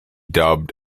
dubbed